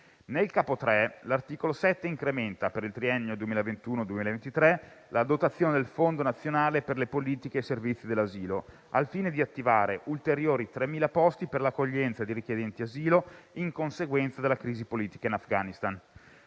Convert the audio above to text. Nel capo III, l'articolo 7 incrementa per il triennio 2021-2023 la dotazione del Fondo nazionale per le politiche e servizi dell'asilo (FNPSA), al fine di attivare ulteriori 3.000 posti per l'accoglienza dei richiedenti asilo in conseguenza della crisi politica in Afghanistan.